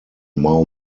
mau